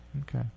Okay